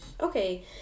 Okay